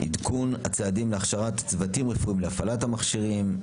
עדכון הצעדים להכשרת צוותים רפואיים להפעלת המכשירים,